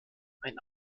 ein